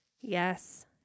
Yes